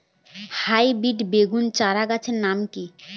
Hybrid বেগুন চারাগাছের নাম কি?